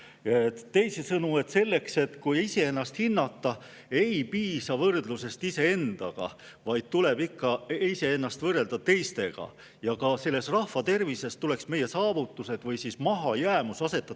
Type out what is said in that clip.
Teisisõnu, selleks, et iseennast hinnata, ei piisa võrdlusest iseendaga, vaid tuleb ikka iseennast võrrelda teistega. Ja ka rahvatervise puhul tuleks meie saavutused või mahajäämus asetada